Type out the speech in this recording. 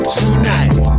tonight